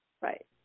Right